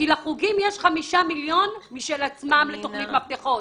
כי לחוגים יש חמישה מיליון משל עצמם לתכנית "מפתחות".